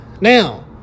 Now